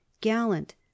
gallant